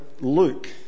Luke